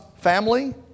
family